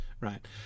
right